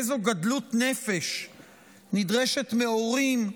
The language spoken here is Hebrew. איזו גדלות נפש נדרשת מהורים,